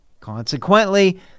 Consequently